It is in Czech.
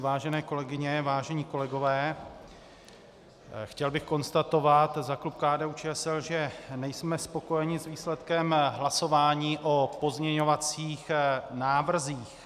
Vážené kolegyně, vážení kolegové, chtěl bych konstatovat za klub KDUČSL, že nejsme spokojeni s výsledkem hlasování o pozměňovacích návrzích.